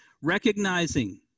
Recognizing